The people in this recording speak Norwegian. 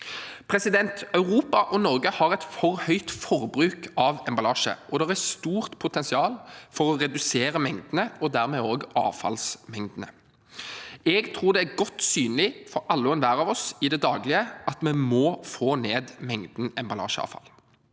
krav. Europa og Norge har et for høyt forbruk av emballasje, og det er stort potensial for å redusere mengdene og dermed også avfallsmengdene. Jeg tror det er godt synlig for alle og enhver av oss i det daglige at vi må få ned mengden emballasjeavfall.